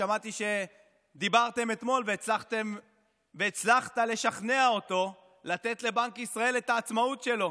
שמעתי שדיברתם אתמול והצלחת לשכנע אותו לתת לבנק ישראל את העצמאות שלו,